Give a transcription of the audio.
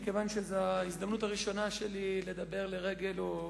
מכיוון שזאת ההזדמנות הראשונה שלי לדבר ביום